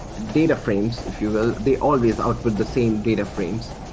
data frames, if you will, they always output the same data frames.